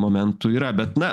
momentų yra bet na